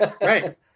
Right